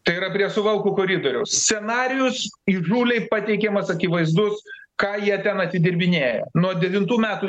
tai yra prie suvalkų koridoriaus scenarijus įžūliai pateikiamas akivaizdus ką jie ten atidirbinėja nuo devintų metų